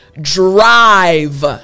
drive